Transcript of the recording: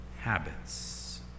habits